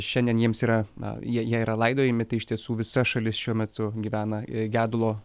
šiandien jiems yra na jie jie yra laidojami tai iš tiesų visa šalis šiuo metu gyvena gedulo